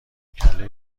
کله